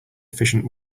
efficient